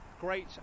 great